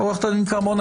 עורכת הדין כרמון,